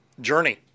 journey